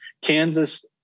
Kansas